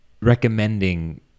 recommending